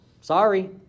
Sorry